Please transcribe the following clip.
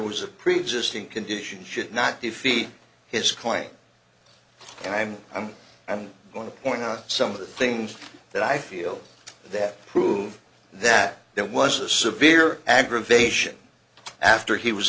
was a preexisting condition should not defeat his claim and i'm i'm i'm going to point out some of the things that i feel that prove that that was a severe aggravation after he was